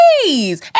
please